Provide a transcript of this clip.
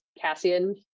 Cassian